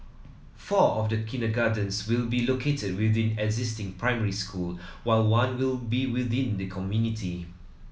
four of the kindergartens will be located within existing primary schools while one will be within the community